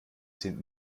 sind